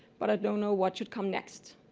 but i don't know what should come next.